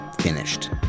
finished